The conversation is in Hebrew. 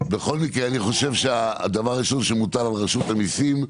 אני חושב שהדבר הראשון שמוטל על רשות המיסים,